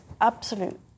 absolute